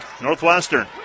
Northwestern